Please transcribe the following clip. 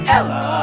Ella